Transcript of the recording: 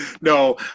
No